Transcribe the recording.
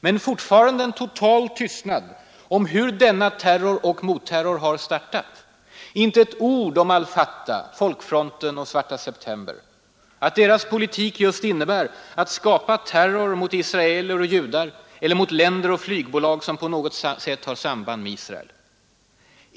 Men fortfarande en total tystnad om hur denna terror och motterror startat. Inte ett ord om al Fatah, Folkfronten och Svarta september, att deras politik just innebär att skapa terror mot israeler och judar eller mot länder och flygbolag som på något sätt har samband med Israel.